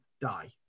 die